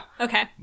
Okay